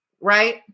right